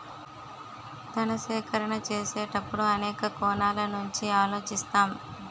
ధన సేకరణ చేసేటప్పుడు అనేక కోణాల నుంచి ఆలోచిస్తాం